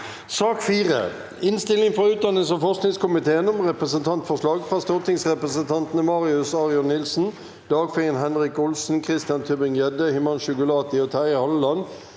Innstilling fra utdannings- og forskningskomiteen om Representantforslag fra stortingsrepresentantene Marius Arion Nilsen, Dagfinn Henrik Olsen, Christian Tybring-Gjedde, Himanshu Gulati og Terje Halleland